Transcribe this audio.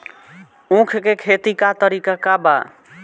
उख के खेती का तरीका का बा?